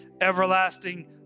everlasting